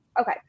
okay